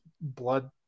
blood